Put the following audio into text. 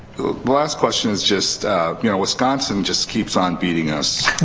the last question is just you know wisconsin just keeps on beating us.